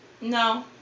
No